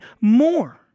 more